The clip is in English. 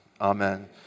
Amen